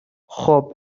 خوب